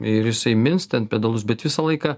ir jisai mins ten pedalus bet visą laiką